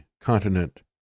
continent